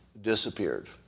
disappeared